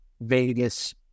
Vegas